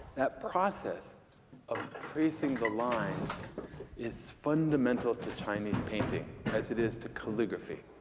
that process of tracing the lines is fundamental to chinese painting as it is to calligraphy.